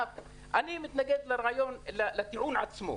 אני מתנגד לטיעון עצמו.